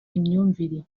imyumvire